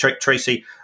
Tracy